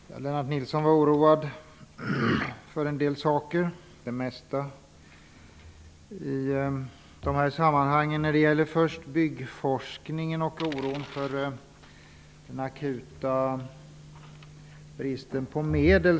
Herr talman! Lennart Nilsson var oroad för en del saker -- ja, för det mesta i dessa sammanhang. En sak var den akuta bristen på medel till byggforskningen.